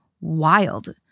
wild